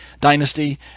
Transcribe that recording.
dynasty